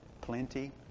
plenty